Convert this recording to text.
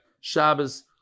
Shabbos